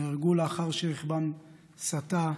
נהרגו לאחר שרכבן סטה,